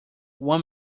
one